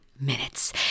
Minutes